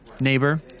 neighbor